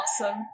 awesome